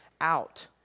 out